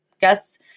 guess